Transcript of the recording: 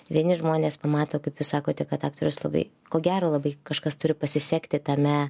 vieni žmonės pamato kaip jūs sakote kad aktorius labai ko gero labai kažkas turi pasisekti tame